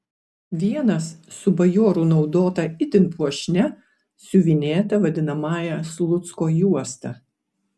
vienas su bajorų naudota itin puošnia siuvinėta vadinamąja slucko juosta